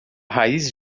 raiz